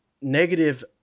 negative